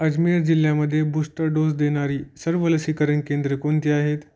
अजमेर जिल्ह्यामध्ये booster dose देणारी सर्व लसीकरण केंद्रे कोणती आहेत